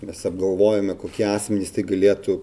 mes apgalvojome kokie asmenys tai galėtų